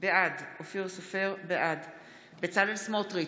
בעד בצלאל סמוטריץ'